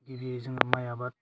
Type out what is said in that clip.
गिबियै जोङो माइ आबाद